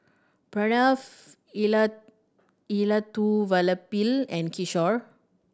Pranav Elattuvalapil and Kishore